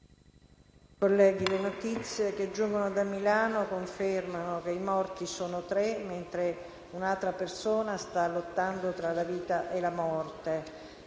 colleghi, le notizie che giungono da Milano confermano che i morti sono tre mentre un'altra persona sta lottando tra la vita e la morte.